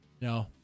no